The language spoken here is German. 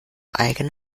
eigene